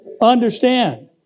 understand